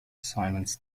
assignments